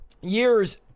years